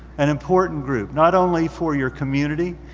an important group not only for your community,